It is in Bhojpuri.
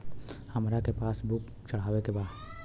हमरा के पास बुक चढ़ावे के बा?